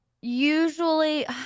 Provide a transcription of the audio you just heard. usually